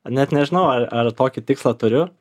net nežinau ar ar tokį tikslą turiu